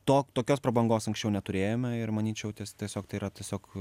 to tokios prabangos anksčiau neturėjome ir manyčiau ties tiesiog tai yra tiesiog